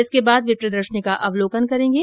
इसके बाद वे प्रदर्शनी का अवलोकन करेंगे